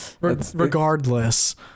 regardless